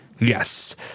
yes